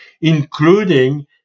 including